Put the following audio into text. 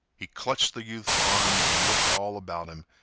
he clutched the youth's arm and looked all about him,